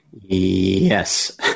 Yes